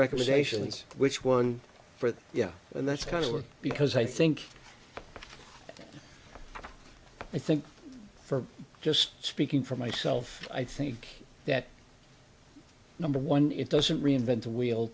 recommendations which one for you know and that's kind of work because i think i think for just speaking for myself i think that number one it doesn't reinvent the wheel